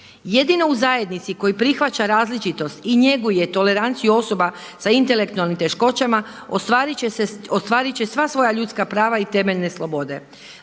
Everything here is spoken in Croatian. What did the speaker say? jedino u zajednici koji prihvaća različitost i njeguje toleranciju osoba sa intelektualnim teškoćama ostvarit će sva svoja ljudska prava i temeljne slobode.